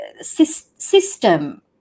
system